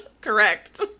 Correct